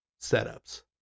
setups